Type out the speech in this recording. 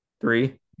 Three